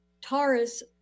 Taurus